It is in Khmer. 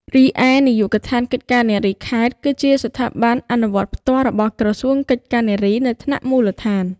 រីឯ នាយកដ្ឋានកិច្ចការនារីខេត្ត គឺជាស្ថាប័នអនុវត្តផ្ទាល់របស់ក្រសួងកិច្ចការនារីនៅថ្នាក់មូលដ្ឋាន។